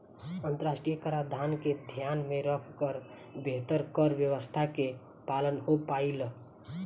अंतरराष्ट्रीय कराधान के ध्यान में रखकर बेहतर कर व्यावस्था के पालन हो पाईल